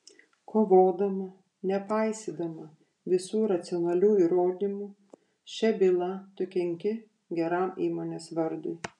kovodama nepaisydama visų racionalių įrodymų šia byla tu kenki geram įmonės vardui